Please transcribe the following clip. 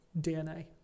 DNA